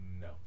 No